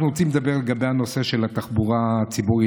אנחנו רוצים לדבר על הנושא של התחבורה הציבורית,